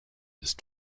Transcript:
ist